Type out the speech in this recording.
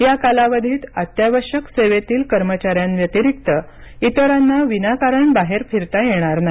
या कालावधीत अत्यावश्यक सेवेतील कर्मचाऱ्याव्यतिरिक्त इतरांना विनाकारण बाहेर फिरता येणार नाही